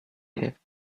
have